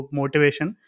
motivation